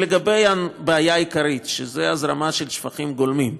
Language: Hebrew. לגבי הבעיה העיקרית, שהיא הזרמה של שפכים גולמיים,